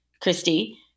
Christy